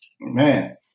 man